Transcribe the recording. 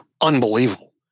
unbelievable